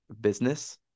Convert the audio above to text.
business